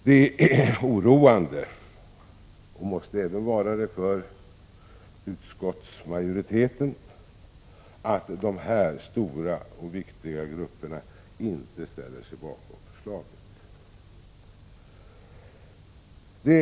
Det är oroande, och måste även vara det för utskottsmajoriteten, att dessa stora och viktiga grupper inte ställer sig bakom förslaget.